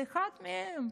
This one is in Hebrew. זה אחד מהם.